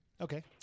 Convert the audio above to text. Okay